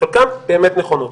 חלקן באמת נכונות.